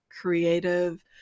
creative